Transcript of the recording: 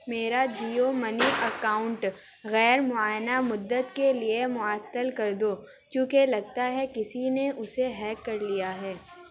میرا Jio money account غیر معینہ مدت کے لیے معطل کر دو کیونکہ لگتا ہے کسی نے اسے ہیک کر لیا ہے